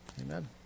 Amen